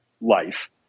life